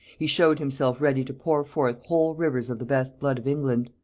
he showed himself ready to pour forth whole rivers of the best blood of england.